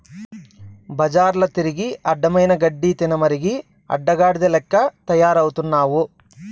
బజార్ల తిరిగి అడ్డమైన గడ్డి తినమరిగి అడ్డగాడిద లెక్క తయారవుతున్నావు